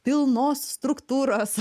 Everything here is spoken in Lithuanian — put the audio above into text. pilnos struktūros